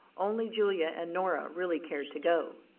only julia and nora really cared to go.